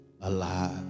alive